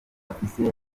afise